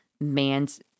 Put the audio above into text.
man's